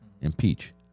impeach